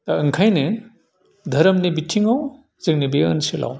दा ओंखायनो धोरोमनि बिथिङाव जोंनि बे ओनसोलाव